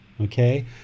Okay